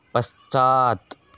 पश्चात्